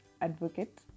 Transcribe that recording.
advocate